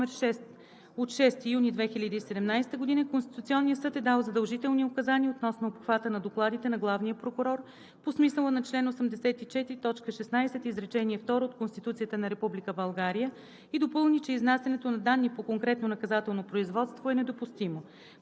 от 6 юни 2017 г. Конституционният съд е дал задължителни указания относно обхвата на докладите на главния прокурор по смисъла на чл. 84, т. 16, изречение второ от Конституцията на Република България и допълни, че изнасянето на данни по конкретно наказателно производство е недопустимо.